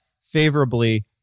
favorably